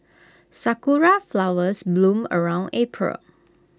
Sakura Flowers bloom around April